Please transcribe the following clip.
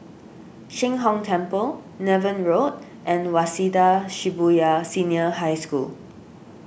Sheng Hong Temple Niven Road and Waseda Shibuya Senior High School